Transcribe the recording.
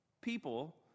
people